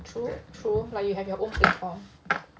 true true like you have your own platform